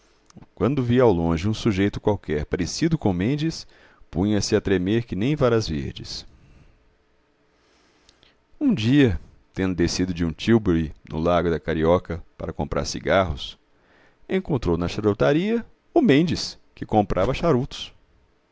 quando via ao longe um sujeito qualquer parecido com o mendes punha-se a tremer que nem varas verdes um dia tendo descido de um tílburi no largo da carioca para comprar cigarros encontrou na charutaria o mendes que comprava charutos